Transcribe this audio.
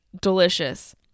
delicious